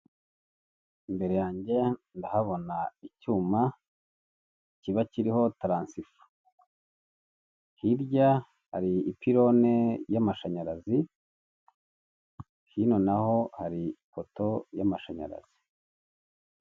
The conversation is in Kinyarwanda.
Imbere yanjye ndahabona icyuma kiba kiriho taransifa hirya hari ipilone y'amashanyarazi hino naho hari ipoto y'amashanyarazi.